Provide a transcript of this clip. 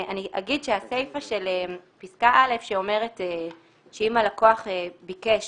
הסיפה של פסקה (א) שאומרת שאם הלקוח ביקש